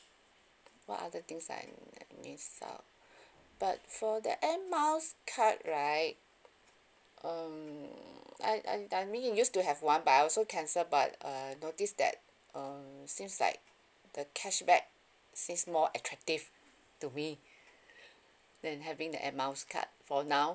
what other things I I miss out but for the air miles card right um I I I mean used to have one but I also cancel but uh notice that uh seems like the cashback seems more attractive to me than having the air miles card for now